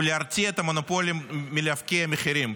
ולהרתיע את המונופולים מלהפקיע מחירים,